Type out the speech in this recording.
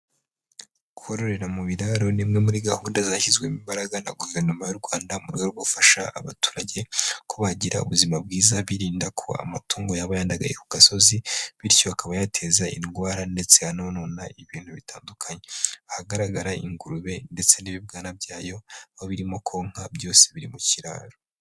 Kororera mu biraro ni imwe muri gahunda zashyizwemo imbaraga na guverinoma y'u Rwanda, mu rwego rwo gufasha abaturage ko bagira ubuzima bwiza, birinda ko amatungo yaba yandagaye ku gasozi, bityo akaba yateza indwara ndetse anonona ibintu bitandukanye, ahagaragara ingurube ndetse n'ibibwana byayo, aho birimo konka byose biri mu kiraro.